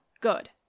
good